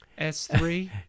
S3